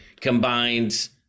combines